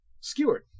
skewered